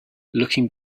looking